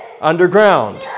underground